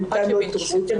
בינתיים לא התקשרו איתי,